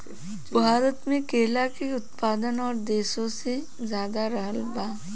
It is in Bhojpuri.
भारत मे केला के उत्पादन और देशो से ज्यादा रहल बा